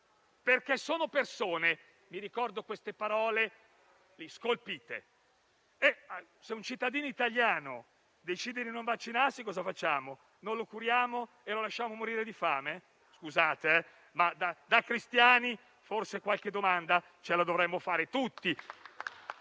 perché sono persone, e ricordo queste parole scolpite. Se un cittadino italiano decide di non vaccinarsi, cosa facciamo? Non lo curiamo e lo lasciamo morire di fame? Scusate, ma da cristiani forse qualche domanda ce la dovremmo porre tutti.